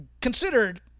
considered